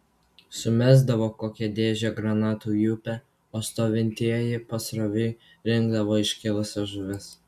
sumesdavo kokią dėžę granatų į upę o stovintieji pasroviui rinkdavo iškilusias žuvis